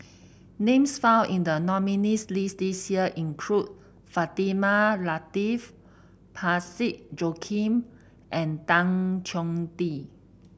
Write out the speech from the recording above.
names found in the nominees' list this year include Fatimah Lateef Parsick Joaquim and Tan Choh Tee